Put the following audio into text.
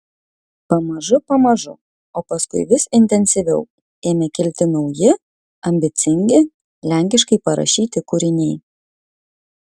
pamažu pamažu o paskui vis intensyviau ėmė kilti nauji ambicingi lenkiškai parašyti kūriniai